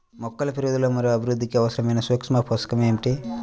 మొక్కల పెరుగుదల మరియు అభివృద్ధికి అవసరమైన సూక్ష్మ పోషకం ఏమిటి?